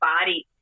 body